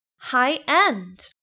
high-end